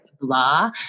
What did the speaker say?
blah